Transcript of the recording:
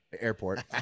Airport